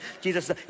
Jesus